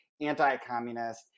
anti-communist